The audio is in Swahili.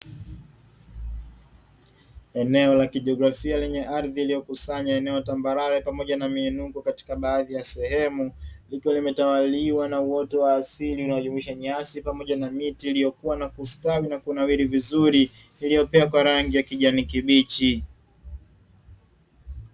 Eneo la kijiografia lenye ardhi iliyokusanya eneo tambarare, pamoja na miinuko katika baadhi ya sehemu, likiwa limetawaliwa na uoto wa asili unaojumuisha nyasi, pamoja na miti iliyokuwa na kustawi na kunawiri vizuri, iliyopakwa rangi ya kijani kibichi.